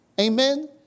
Amen